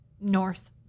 Norse